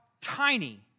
tiny